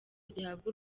zihabwa